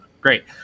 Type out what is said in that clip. great